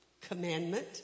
commandment